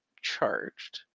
charged